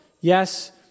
Yes